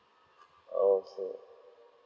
okay